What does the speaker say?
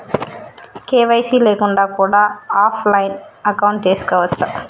KYC లేకుండా కూడా offline account తీసుకోవచ్చా?